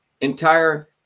entire